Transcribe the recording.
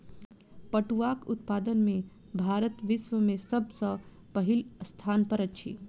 पटुआक उत्पादन में भारत विश्व में सब सॅ पहिल स्थान पर अछि